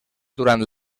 durant